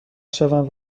شوند